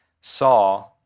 saw